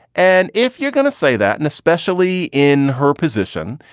and if you're gonna say that, and especially in her position,